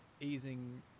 easing